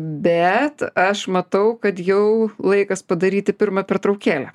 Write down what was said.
bet aš matau kad jau laikas padaryti pirmą pertraukėlę